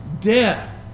Death